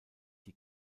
die